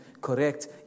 correct